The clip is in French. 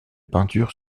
peinture